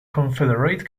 confederate